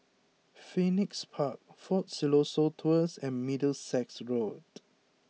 Phoenix Park Fort Siloso Tours and Middlesex Road